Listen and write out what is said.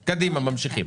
ממשיכים.